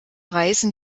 reißen